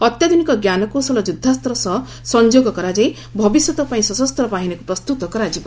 ଅତ୍ୟାଧୁନିକ ଜ୍ଞାନକୌଶଳ ଯୁଦ୍ଧାସ୍ତ ସହ ସଂଯୋଗ କରାଯାଇ ଭବିଷ୍ୟତ୍ପାଇଁ ସଶସ୍ତ ବାହିନୀକୁ ପ୍ରସ୍ତୁତ କରାଯିବ